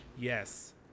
yes